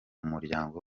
muryango